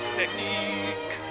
technique